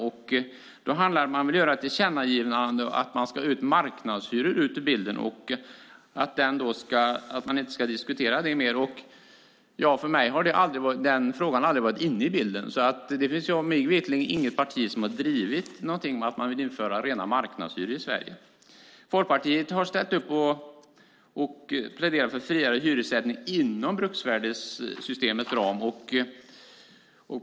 Det handlar om att man vill göra ett tillkännagivande om att marknadshyror ska ut ur bilden och att det inte ska diskuteras mer. För mig har den frågan aldrig varit inne i bilden. Mig veterligen finns det inget parti som har drivit frågan om att man vill införa rena marknadshyror i Sverige. Folkpartiet har pläderat för friare hyressättning inom bruksvärdessystemets ram.